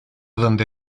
donde